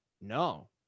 No